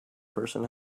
person